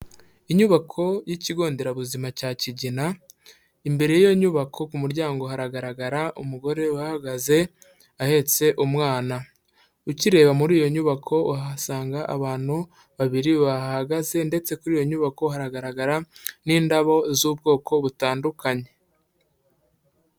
Inyubako y'ikigonderabuzima cya Kigina, Imbere y'iyo nyubako ku muryango haragaragara umugore uhagaze ahetse umwana. Ukireba muri iyo nyubako uhasanga abantu babiri bahagaze ndetse kuri iyo nyubako hagaragara n'indabo z'ubwoko butandukanye.